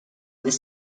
this